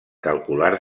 calcular